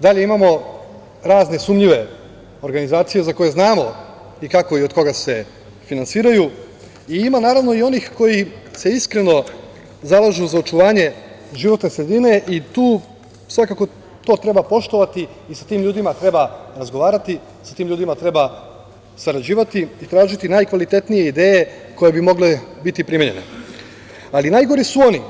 Dalje imamo razne sumnjive organizacije za koje znamo kako i od koga se finansiraju i ima, naravno, i onih koji se iskreno zalažu za očuvanje životne sredine i tu svakako to treba poštovati i sa tim ljudima treba razgovarati, sa tim ljudima treba sarađivati i tražiti najkvalitetnije ideje koje bi mogle biti primenjene, ali najgori su oni